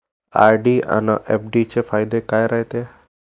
RD अन FD चे फायदे काय रायते?